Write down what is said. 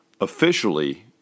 officially